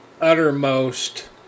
uttermost